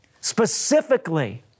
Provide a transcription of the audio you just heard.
specifically